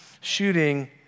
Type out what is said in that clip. shooting